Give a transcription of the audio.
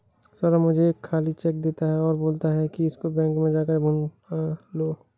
सौरभ मुझे एक खाली चेक देता है और बोलता है कि इसको बैंक में जा कर भुना लो